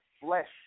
flesh